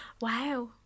wow